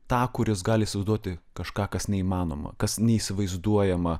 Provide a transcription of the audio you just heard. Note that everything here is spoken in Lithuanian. tą kuris gali įsivaizduoti kažką kas neįmanoma kas neįsivaizduojama